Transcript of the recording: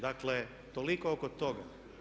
Dakle, toliko oko toga.